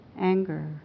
anger